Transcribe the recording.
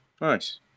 Nice